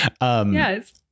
Yes